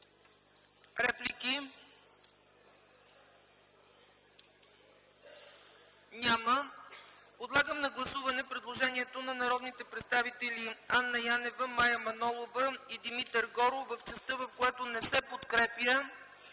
Реплики? Няма. Подлагам на гласуване предложението на народните представители Анна Янева, Мая Манолова и Димитър Горов в частта, която не се подкрепя